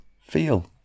feel